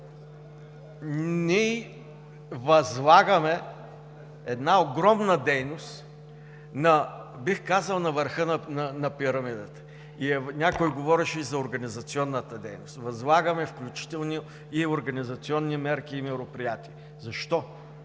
ние възлагаме една огромна дейност, бих казал, на върха на пирамидата. Някой говореше и за организационната дейност – възлагаме включително и организационни мерки и мероприятия. Защо?